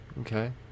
Okay